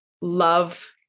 love